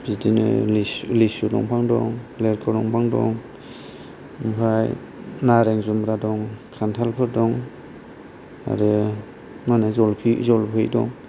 बिदिनो लिसु दंफां दं लेरख' दंफां दं ओमफ्राय नारें जुमब्रा दं खान्थालफोर दं आरो मा होनो जलफि दं